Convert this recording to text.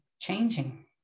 changing